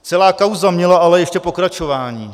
Celá kauza měla ale ještě pokračování.